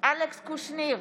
אלכס קושניר,